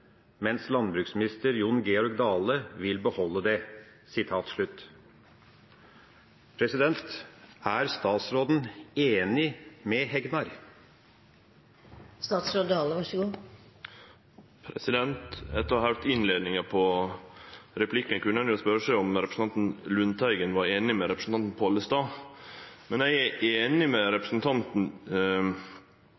mens landbruksminister Jon Georg Dale vil beholde det.» Er statsråden enig med Hegnar? Etter å ha høyrt innleiinga i replikken kunne ein jo spørje seg om representanten Lundteigen var einig med representanten Pollestad. Men eg er einig med